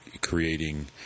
creating